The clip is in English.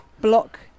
Block